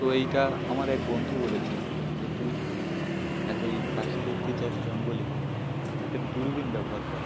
তো এইটা আমার এক বন্ধু বলেছিলো যে তুই এতই পাখি দেখতে যাস জঙ্গলে তা একটা দুরবিন ব্যবহার কর